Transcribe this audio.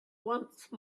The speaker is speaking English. once